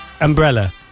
umbrella